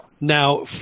Now